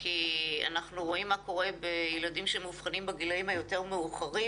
כי אנחנו רואים מה קורה עם ילדים שמאובחנים בגילים היותר מאוחרים.